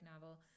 novel